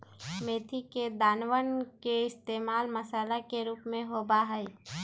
मेथी के दानवन के इश्तेमाल मसाला के रूप में होबा हई